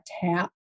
tap